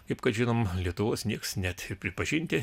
kaip kad žinom lietuvos niekas net pripažinti